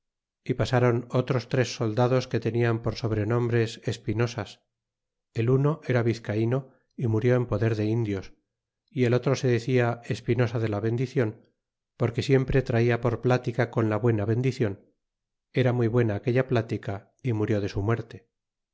e pasron otros tres soldados que tenian por sobrenombres espinosas el uno era vizcaino é murió en poder de indios y el otro se decia espinosa de la bendicion porque siempre traia por platica con la buena bendicion era muy buena aquella plática é murió de su muerte